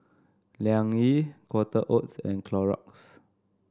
Liang Yi Quaker Oats and Clorox